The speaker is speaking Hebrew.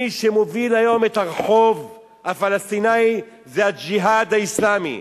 מי שמוביל היום את הרחוב הפלסטיני זה "הג'יהאד האסלאמי".